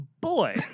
boy